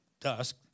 dusk